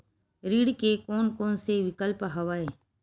ऋण के कोन कोन से विकल्प हवय?